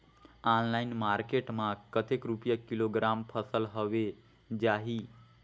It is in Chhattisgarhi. ऑनलाइन मार्केट मां कतेक रुपिया किलोग्राम फसल हवे जाही?